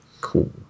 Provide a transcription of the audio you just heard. Cool